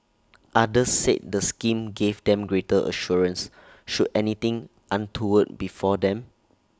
others said the scheme gave them greater assurance should anything untoward befall them